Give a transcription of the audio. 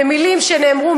במילים שנאמרו,